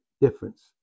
difference